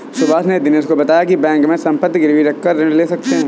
सुभाष ने दिनेश को बताया की बैंक में संपत्ति गिरवी रखकर ऋण ले सकते हैं